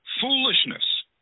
foolishness